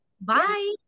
bye